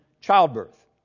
childbirth